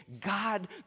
God